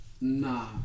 Nah